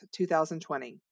2020